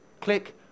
Click